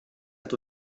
hat